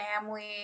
family